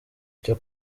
cyo